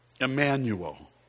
Emmanuel